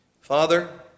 Father